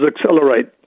accelerate